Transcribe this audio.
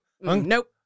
nope